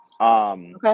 Okay